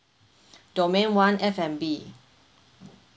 domain one F&B